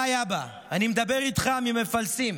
היי אבא, אני מדבר איתך ממפלסים,